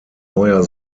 neuer